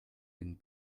den